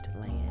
land